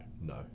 no